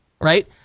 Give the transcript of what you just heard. right